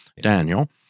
Daniel